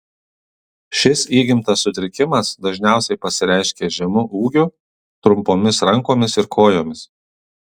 šis įgimtas sutrikimas dažniausiai pasireiškia žemu ūgiu trumpomis rankomis ir kojomis